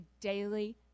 daily